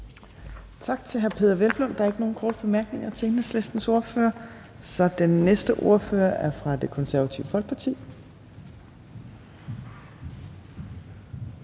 Tak til hr. Peder Hvelplund. Der er ikke nogen korte bemærkninger til Enhedslistens ordfører, så den næste ordfører er fra Det Konservative Folkeparti.